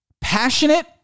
passionate